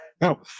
No